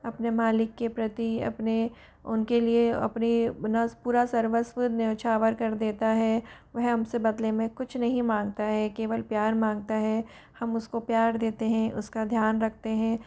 अपने मालिक के प्रति अपने उनके लिए अपना ना पूरा सर्वस्व निछावर कर देता है वह हम से बदले में कुछ नहीं माँगता है केवल प्यार माँगता है हम उसको प्यार देते हैं उसका ध्यान रखते हैं